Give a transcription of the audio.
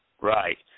Right